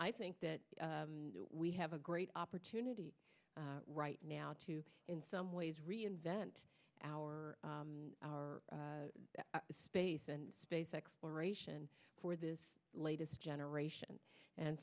i think that we have a great opportunity right now to in some ways reinvent our our space and space exploration for this latest generation and